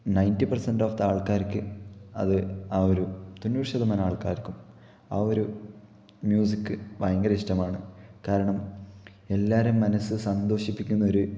ninety percent of ആള്ക്കാര്ക്ക് അത് ആ ഒരു തൊണ്ണൂറു ശതമാനം ആള്ക്കാര്ക്കും ആ ഒരു മ്യൂസിക് ഭയങ്കര ഇഷ്ടമാണ് കാരണം എല്ലാവരേയും മനസ്സ് സന്തോഷിപ്പിക്കുന്ന ഒരു